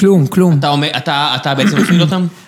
כלום, כלום. אתה בעצם מפחיד אותם?